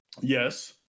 yes